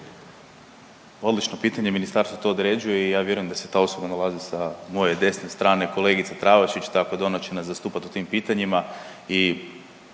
Odlično pitanje. Ministarstvo to određuje i ja vjerujem da se ta osoba nalazi sa moje desne strane, kolegica Travašić, tako da, ona će nas zastupati u tim pitanjima